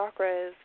chakras